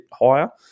higher